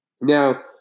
Now